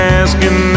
asking